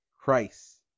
Christ